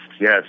yes